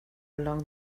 along